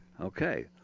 Okay